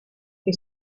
che